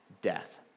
death